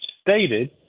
stated